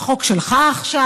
החוק שלך עכשיו,